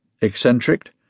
eccentric